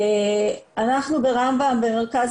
אצלנו ברמב"ם במרכז